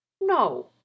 no